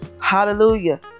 Hallelujah